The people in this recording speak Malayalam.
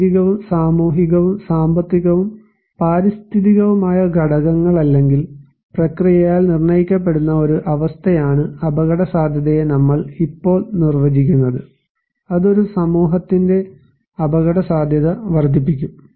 ശാരീരികവും സാമൂഹികവും സാമ്പത്തികവും പാരിസ്ഥിതികവുമായ ഘടകങ്ങൾ അല്ലെങ്കിൽ പ്രക്രിയയാൽ നിർണ്ണയിക്കപ്പെടുന്ന ഒരു അവസ്ഥയാണ് അപകടസാധ്യതയെ നമ്മൾ ഇപ്പോൾ നിർവചിക്കുന്നത് അത് ഒരു സമൂഹത്തിന്റെ അപകടസാധ്യത വർദ്ധിപ്പിക്കും